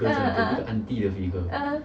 uh uh uh (uh huh)